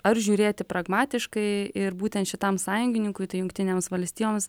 ar žiūrėti pragmatiškai ir būtent šitam sąjungininkui tai jungtinėms valstijoms